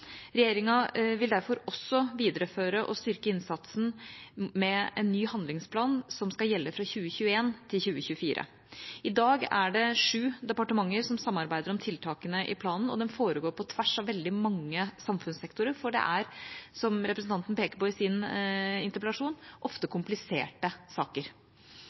Regjeringa vil derfor også videreføre og styrke innsatsen med en ny handlingsplan som skal gjelde fra 2021 til 2024. I dag er det sju departementer som samarbeider om tiltakene i planen, og det foregår på tvers av veldig mange samfunnssektorer, for det er, som representanten peker på i sin interpellasjon, ofte kompliserte saker.